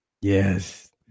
Yes